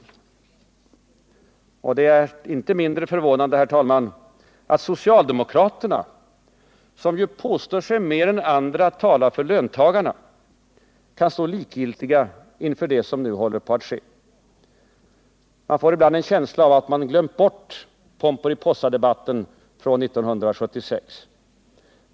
157 Och det är förvånande, herr talman, att socialdemokraterna — som ju påstår sig mer än andra tala för löntagarna — kan stå likgiltiga inför det som nu håller på att ske. Det verkar som om de glömt Pomperipossadebatten från 1976.